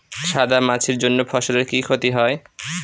সাদা মাছির জন্য ফসলের কি ক্ষতি হয়?